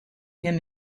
him